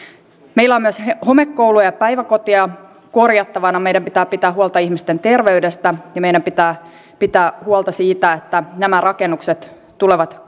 meillä on myös homekouluja ja päiväkoteja korjattavana meidän pitää pitää huolta ihmisten terveydestä ja meidän pitää pitää huolta siitä että nämä rakennukset tulevat